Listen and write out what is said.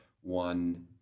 one